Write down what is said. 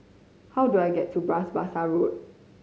how do I get to Bras Basah Road